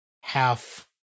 half